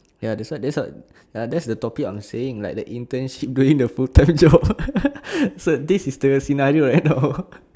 ya that's what that's what ya that's the topic I'm saying like the internship doing the full time job so this is the scenario